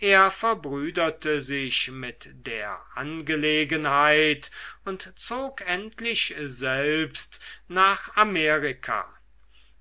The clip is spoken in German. er verbrüderte sich mit der angelegenheit und zog endlich selbst nach amerika